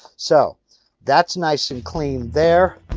so that's nice and clean there.